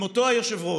עם אותו היושב-ראש,